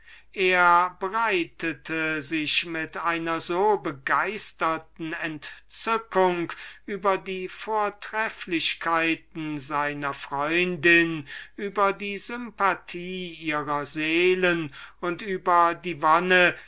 liebe breitete sich mit einer so begeisterten entzückung über die vollkommenheiten seiner freundin über die sympathie ihrer seelen und die